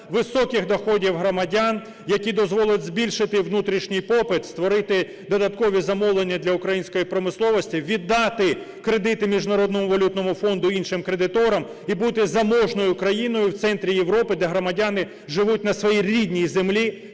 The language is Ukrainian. високих доходів громадян, які дозволять збільшити внутрішній попит, створити додаткові замовлення для української промисловості, віддати кредити Міжнародному валютному фонду і іншим кредиторам, і бути заможною країною в центрі Європи, де громадяни живуть на своїй рідній землі